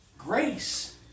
grace